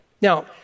Now